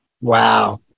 Wow